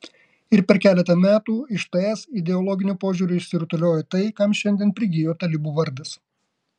ir per keletą metų iš ts ideologiniu požiūriu išsirutuliojo tai kam šiandien prigijo talibų vardas